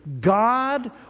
God